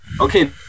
Okay